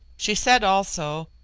she said also,